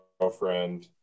girlfriend